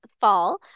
fall